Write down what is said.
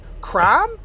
crime